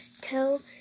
tell